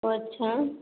ओ अच्छा